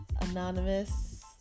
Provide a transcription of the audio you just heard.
Anonymous